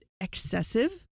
excessive